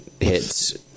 hits